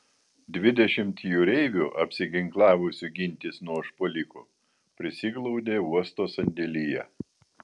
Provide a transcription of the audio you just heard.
dvidešimt jūreivių apsiginklavusių gintis nuo užpuolikų prisiglaudė uosto sandėlyje